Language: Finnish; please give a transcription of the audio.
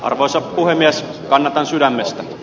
arvoisa puhemies wan on sydämestä